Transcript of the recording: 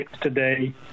today